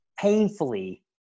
painfully